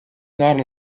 not